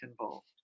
involved